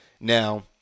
Now